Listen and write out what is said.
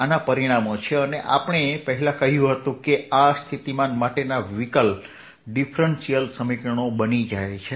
આના પરિણામો છે અને આપણે પહેલા કહ્યું હતું કે આ સ્થિતિમાન માટેના વિકલ સમીકરણો બની જાય છે